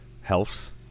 healths